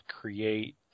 create